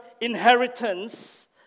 inheritance